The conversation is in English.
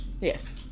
Yes